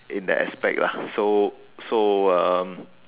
in that aspect lah so so um